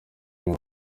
umwe